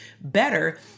better